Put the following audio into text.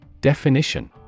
Definition